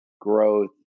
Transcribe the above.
growth